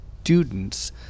students